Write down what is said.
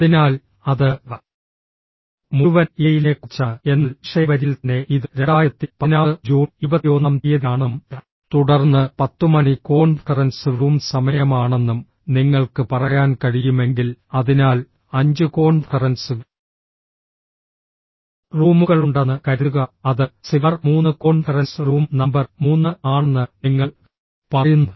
അതിനാൽ അത് മുഴുവൻ ഇമെയിലിനെക്കുറിച്ചാണ് എന്നാൽ വിഷയ വരിയിൽ തന്നെ ഇത് 2016 ജൂൺ ഇരുപത്തിയൊന്നാം തീയതിയാണെന്നും തുടർന്ന് പത്തുമണി കോൺഫറൻസ് റൂം സമയമാണെന്നും നിങ്ങൾക്ക് പറയാൻ കഴിയുമെങ്കിൽ അതിനാൽ അഞ്ച് കോൺഫറൻസ് റൂമുകളുണ്ടെന്ന് കരുതുക അത് സിആർ മൂന്ന് കോൺഫറൻസ് റൂം നമ്പർ മൂന്ന് ആണെന്ന് നിങ്ങൾ പറയുന്നു